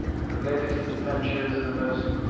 and related his adventures in a most